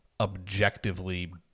objectively